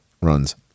runs